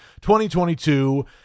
2022